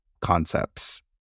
concepts